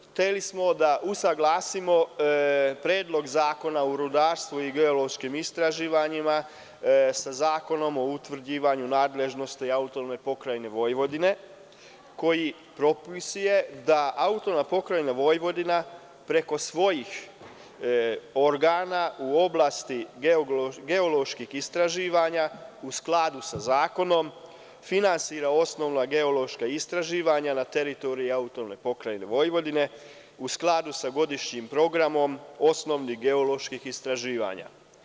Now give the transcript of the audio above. Hteli smo da usaglasimo Predlog zakona o rudarstvu i geološkim istraživanjima, sa Zakonom o utvrđivanju nadležnosti AP Vojvodine, koji propisuje da AP Vojvodina preko svojih organa u oblasti geoloških istraživanja, u skladu sa zakonom, finansira osnovna geološka istraživanja na teritoriji AP Vojvodine u skladu sa godišnjim programom, osnovnih geoloških istraživanja.